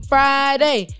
Friday